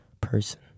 Person